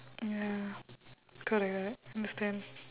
mm ya correct correct understand